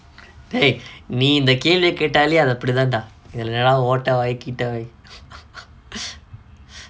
dey நீ இந்த கேள்விய கேட்டாலே அது அப்புடித்தாண்டா எல்லா ஓட்ட வாய் கீட்ட வாய்:nee intha kelviya ketaalae athu appudithaanda ellaa otta vaai kitta vai